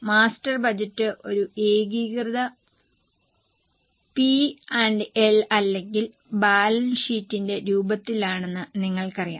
master budget ഒരു ഏകീകൃത P and L അല്ലെങ്കിൽ ബാലൻസ് ഷീറ്റിന്റെ രൂപത്തിലാണെന്ന് നിങ്ങൾക്കറിയാം